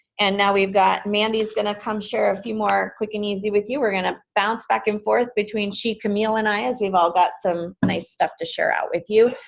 and now we've got, mandy's gonna come share a few more quick and easy with you. we're gonna bounce back and forth between she, camille and i. we've all got some nice stuff to share out with you,